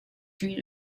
three